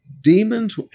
Demons